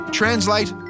translate